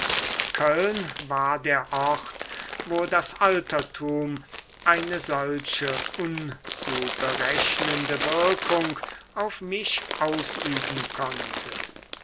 köln war der ort wo das altertum eine solche unzuberechnende wirkung auf mich ausüben konnte